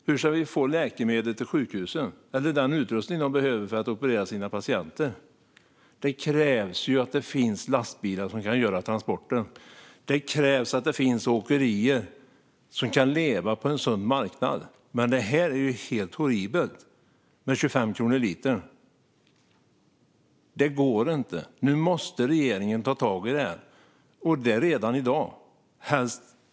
Hur ska vi få läkemedel till sjukhusen? Hur ska vi få dit den utrustning de behöver för att kunna operera sina patienter? Det krävs att det finns lastbilar som kan utföra transporten. Det krävs att det finns åkerier som kan leva på en sund marknad. Det är helt horribelt med 25 kronor litern. Det går inte! Nu måste regeringen ta tag i det här, och det redan i dag - helst i förra veckan.